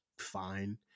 fine